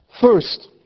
First